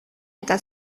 eta